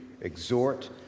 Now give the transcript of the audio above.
exhort